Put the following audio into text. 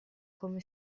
come